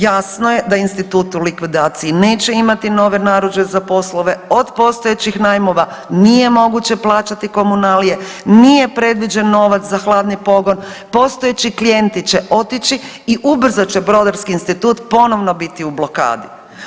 Jasno je da Institut u likvidaciji neće imati nove narudžbe za poslove, od postojećih najmova nije moguće plaćati komunalije, nije predviđen novac za hladni pogon, postojeći klijenti će otići i ubrzo će Brodarski institut ponovno biti u blokadi.